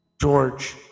George